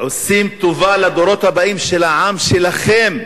עושים טובה לדורות הבאים של העם שלכם,